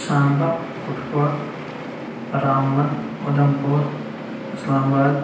سامبا کُٹھوا رامبَن اُدَمپور اِسلام آباد